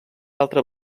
altre